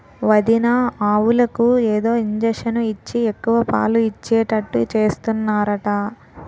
వదినా ఆవులకు ఏదో ఇంజషను ఇచ్చి ఎక్కువ పాలు ఇచ్చేటట్టు చేస్తున్నారట